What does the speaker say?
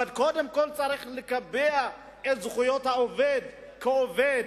אבל קודם כול צריך לקבע את זכויות העובד כעובד,